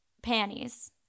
panties